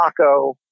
Taco